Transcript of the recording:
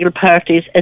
parties